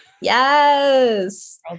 Yes